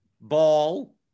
Ball